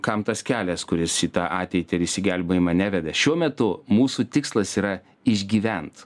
kam tas kelias kuris į tą ateitį ir išsigelbėjimą neveda šiuo metu mūsų tikslas yra išgyvent